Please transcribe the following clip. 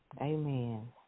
Amen